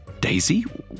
Daisy